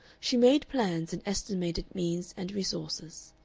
she made plans and estimated means and resources.